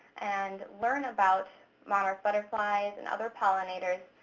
and learn about monarch butterflies and other pollinators.